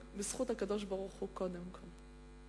אבל בזכות הקדוש-ברוך-הוא קודם כול.